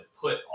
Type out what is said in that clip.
put